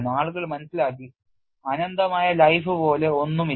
ആളുകൾ മനസ്സിലാക്കി അനന്തമായ life പോലെ ഒന്നുമില്ല